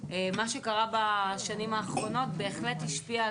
מה שקרה בשנים האחרונות בהחלט השפיע.